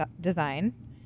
design